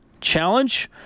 Challenge